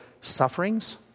sufferings